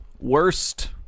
Worst